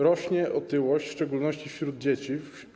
Rośnie otyłość, w szczególności wśród dzieci.